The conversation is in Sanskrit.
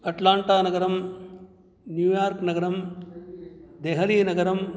अट्लाण्टानगरं न्यूयार्कनगरं देहलीनगरं